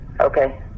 Okay